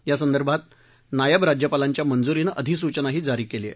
यासंदर्भात नायब राज्यपालांच्या मंजुरीनं अधिसूचनाही जारी केली आहे